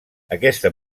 aquesta